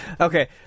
Okay